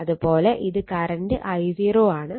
അത് പോലെ ഇത് കറണ്ട് I0 ആണ്